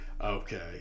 Okay